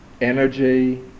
energy